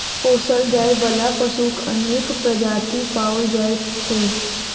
पोसल जाय बला पशुक अनेक प्रजाति पाओल जाइत छै